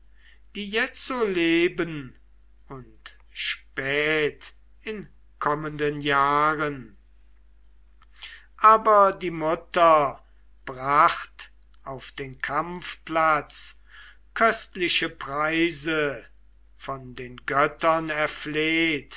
die jetzo leben und spät in kommenden jahren aber die mutter bracht auf den kampfplatz köstliche preise von den göttern erfleht